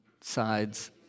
sides